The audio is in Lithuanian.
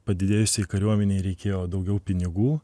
padidėjusiai kariuomenei reikėjo daugiau pinigų